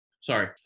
Sorry